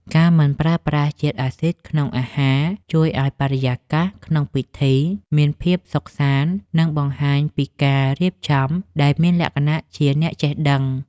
ការមិនប្រើប្រាស់ជាតិអាស៊ីតក្នុងអាហារជួយឱ្យបរិយាកាសក្នុងពិធីមានភាពសុខសាន្ត និង បង្ហាញពីការរៀបចំដែលមានលក្ខណៈជាអ្នកចេះដឹង។